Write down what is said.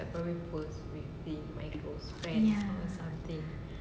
ya ya